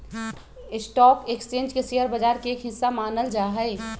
stock exchange के share बाजार के एक हिस्सा मानल जा हई